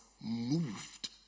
moved